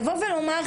לבוא ולומר,